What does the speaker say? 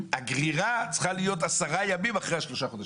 הגרירה צריכה להיות עשרה ימים אחרי השלושה חודשים.